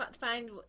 find